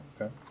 okay